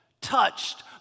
touched